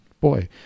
boy